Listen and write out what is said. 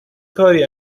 کاری